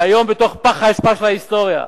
היא היום בתוך פח האשפה של ההיסטוריה.